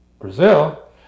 Brazil